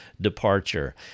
departure